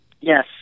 Yes